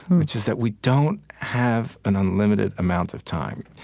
which is that we don't have an unlimited amount of time.